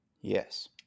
Yes